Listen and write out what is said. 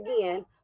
again